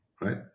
right